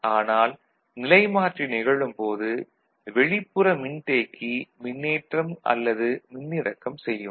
ஆனால் நிலைமாற்றி நிகழும் போது வெளிப்புற மின்தேக்கி மின்னேற்றம் அல்லது மின்னிறக்கம் செய்யும்